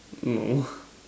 no